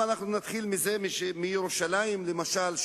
נתחיל מירושלים, למשל.